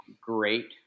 great